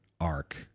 arc